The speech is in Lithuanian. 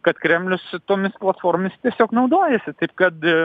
kad kremlius tomis platformomis tiesiog naudojasi taip kad